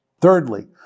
Thirdly